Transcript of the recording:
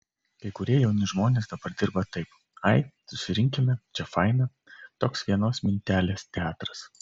kai kurie jauni žmonės dabar dirba taip ai susirinkime čia faina toks vienos mintelės teatras